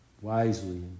wisely